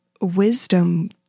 wisdom